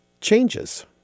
changes